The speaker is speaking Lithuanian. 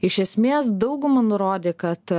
iš esmės dauguma nurodė kad